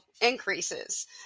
increases